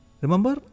remember